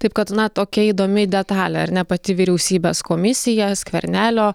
taip kad na tokia įdomi detalė ar ne pati vyriausybės komisija skvernelio